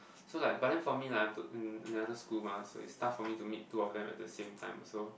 so like but then for me like I'm to in another school mah so is tough for me to meet two of them at the same time also